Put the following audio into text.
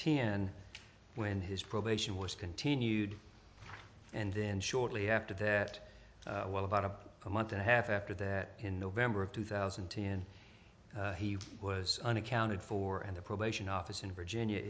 ten when his probation was continued and then shortly after that well about a month and a half after that in november of two thousand and ten he was unaccounted for and the probation office in virginia